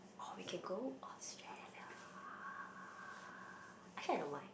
or we can Australia actaully I don't mind